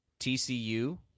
TCU